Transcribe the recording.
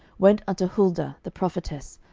went unto huldah the prophetess,